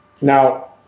Now